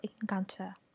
encounter